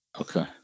Okay